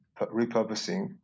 repurposing